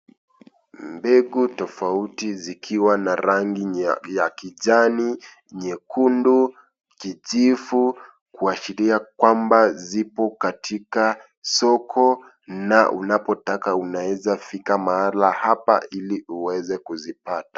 Mbegu tofauti zikiwa na rangi ya kijani, nyekundu, kijifu, kuashiria kwamba, zipo katika, soko, na unapotaka unaweza fikamahala hapa ili uweze kuzipata.